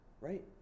Right